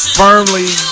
firmly